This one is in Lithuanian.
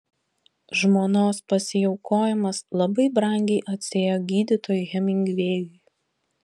žmonos pasiaukojimas labai brangiai atsiėjo gydytojui hemingvėjui